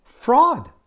fraud